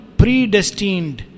predestined